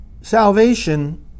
Salvation